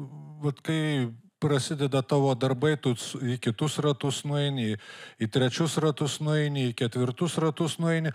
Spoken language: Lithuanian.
vat kai prasideda tavo darbai tu su į kitus ratus nueini į trečius ratus nueini į ketvirtus ratus nueini